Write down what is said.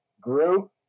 grew